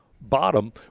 Bottom